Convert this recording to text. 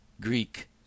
Greek